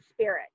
spirit